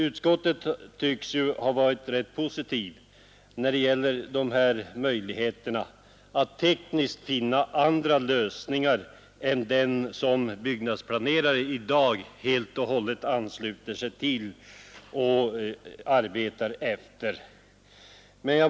Utskottet tycks ha varit rätt positivt när det gäller möjligheterna att tekniskt finna andra lösningar än dem som byggnadsplanerare i dag helt och hållet ansluter sig till och arbetar efter.